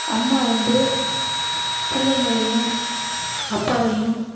அம்மா வந்து பிள்ளைங்களையும் அப்பாவையும்